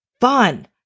fun